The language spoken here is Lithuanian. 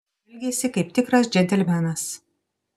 elgėsi kaip tikras džentelmenas